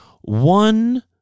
One